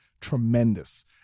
tremendous